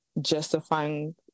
justifying